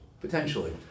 potentially